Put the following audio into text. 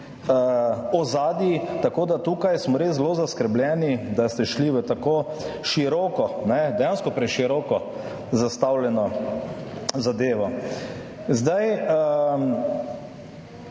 ozadij. Tako da tukaj smo res zelo zaskrbljeni, da ste šli v tako široko, dejansko preširoko zastavljeno zadevo. Poleg